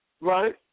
right